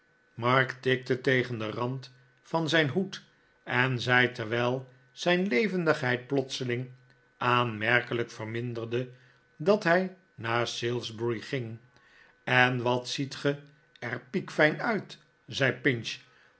tikte tegen den rand van zijn hoed en zei terwijl zijn levendigheid plotseling aanmerkelijk verminderde dat hij naar salisbury ging en wat ziet ge er piekfijn uit zei pinch